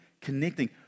connecting